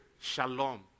shalom